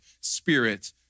spirit